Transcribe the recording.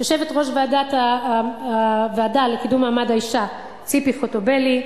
יושבת-ראש הוועדה לקידום מעמד האשה ציפי חוטובלי,